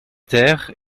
taire